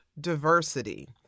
diversity